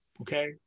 Okay